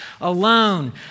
alone